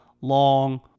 long